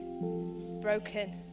broken